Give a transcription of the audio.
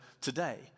today